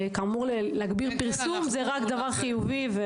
הגברת הפרסום היא דבר חיובי.